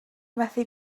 methu